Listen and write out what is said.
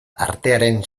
artearen